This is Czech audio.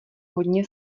hodně